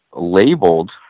labeled